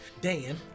Dan